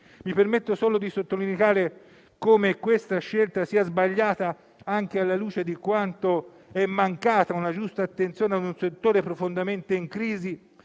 Mi permetto solo di sottolineare come questa scelta sia sbagliata anche alla luce di quanto sia mancata una giusta attenzione ad un settore profondamente in crisi